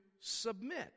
submit